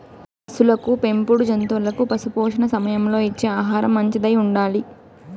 పసులకు పెంపుడు జంతువులకు పశుపోషణ సమయంలో ఇచ్చే ఆహారం మంచిదై ఉండాలి